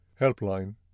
helpline